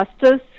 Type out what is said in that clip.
justice